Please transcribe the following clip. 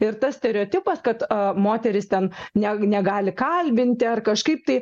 ir tas stereotipas kad moterys ten ne negali kalbinti ar kažkaip tai